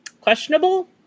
questionable